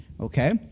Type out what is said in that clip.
Okay